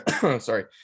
sorry